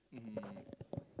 mmhmm